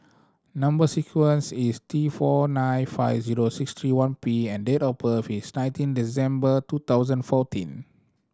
number sequence is T four nine five zero six three one P and date of birth is nineteen December two thousand fourteen